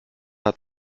hat